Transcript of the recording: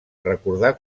recordar